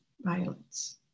violence